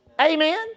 Amen